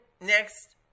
next